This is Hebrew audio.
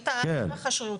את ההליך השרירותי.